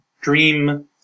dream